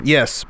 Yes